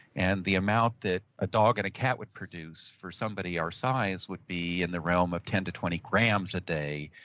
and the amount that a dog or and a cat would produce for somebody our size would be in the realm of ten to twenty grams a day.